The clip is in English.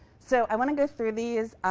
so i want to go through these.